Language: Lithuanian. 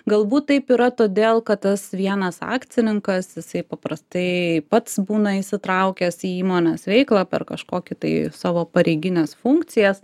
galbūt taip yra todėl kad tas vienas akcininkas jisai paprastai pats būna įsitraukęs į įmonės veiklą per kažkokį tai savo pareigines funkcijas